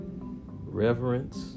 reverence